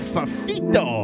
Fafito